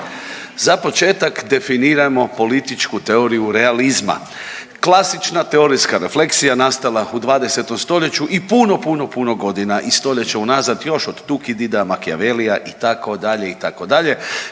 Za početak definirajmo političku teoriju realizma. Klasična teorijska refleksija nastala u 20 stoljeću i puno, puno puno godina i stoljeća unazad još od Tukidida, Machiavellija itd. itd.